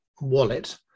wallet